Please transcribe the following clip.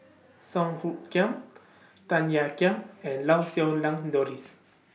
Song Hoot Kiam Tan Ean Kiam and Lau Siew Lang Doris